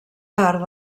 part